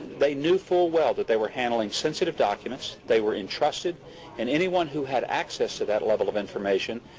they knew full well that they were handling sensitive documents they were entrusted and anyone who had access to that level of information